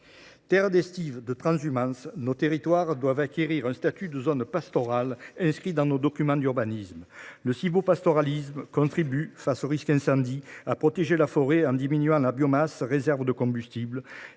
Terres d’estives, de transhumances, nos territoires doivent acquérir un statut de zones pastorales, qu’il faut inscrire dans nos documents d’urbanisme. Le sylvopastoralisme contribue, face au risque d’incendie, à protéger la forêt en diminuant la biomasse, réserve de combustible